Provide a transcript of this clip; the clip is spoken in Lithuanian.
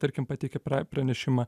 tarkim pateikė pranešimą